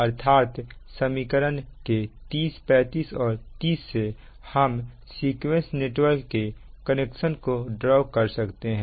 अर्थात समीकरण के 35 और 30 से हम सीक्वेंस नेटवर्क के कनेक्शन को ड्रॉ कर सकते हैं